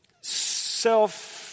self